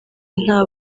nta